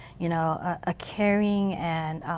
you know, a caring and